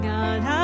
God